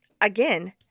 Again